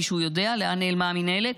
מישהו יודע לאן נעלמה המינהלת?